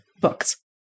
books